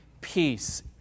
peace